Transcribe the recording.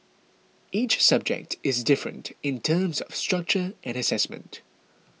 each subject is different in terms of structure and assessment